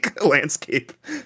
landscape